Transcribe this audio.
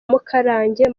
mukarange